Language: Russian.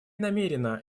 намерена